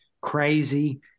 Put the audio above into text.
crazy